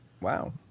Wow